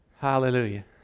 Hallelujah